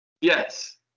Yes